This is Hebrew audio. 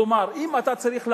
כלומר אם אתה צריך לעבוד,